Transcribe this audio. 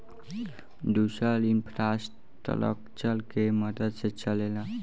दुसर इन्फ़्रास्ट्रकचर के मदद से चलेला